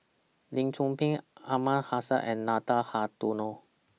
Lim Chor Pee Aliman Hassan and Nathan Hartono